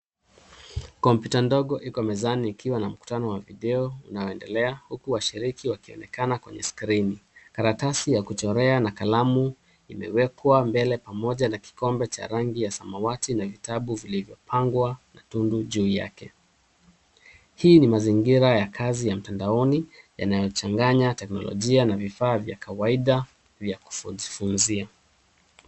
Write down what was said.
Kompyuta ndogo iko mezani ikiwa na mkutano wa video unaoendelea huku washiriki wakionekana kwenye skrini. Karatasi ya kuchorea na kalamu imewekwa mbele pamoja na kikombe cha rangi ya samawati na vitabu vilivyopangwa katundu juu yake. Hii ni mazingira ya kazi ya mtandaoni yanayochanganya teknolojia na vifaa vya kawaida vya kujifunzia.